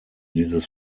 dieses